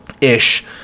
ish